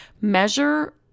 measure